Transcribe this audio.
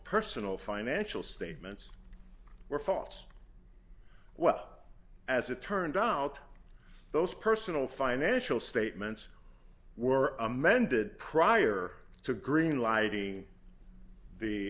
personal financial statements were false well as it turned out those personal financial statements were amended prior to green lighting the